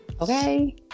okay